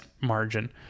margin